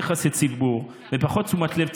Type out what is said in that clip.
חבר הכנסת בן גביר, קריאת ביניים.